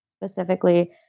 specifically